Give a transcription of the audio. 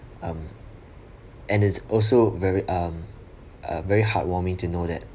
um and it's also very um uh very heart-warming to know that